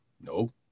no